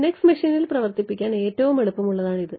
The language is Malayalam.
ലിനക്സ് മെഷീനിൽ പ്രവർത്തിപ്പിക്കാൻ ഏറ്റവും എളുപ്പമുള്ളതാണ് ഇത്